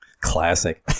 Classic